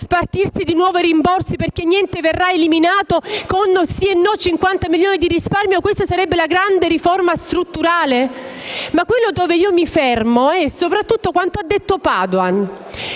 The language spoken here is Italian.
spartirsi di nuovo i rimborsi (perché niente verrà eliminato), con sì e no 50 milioni di risparmio? Questa sarebbe la grande riforma strutturale? Il punto su cui vorrei soffermarmi è soprattutto quanto ha detto il